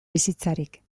bizitzarik